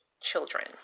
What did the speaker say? children